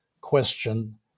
question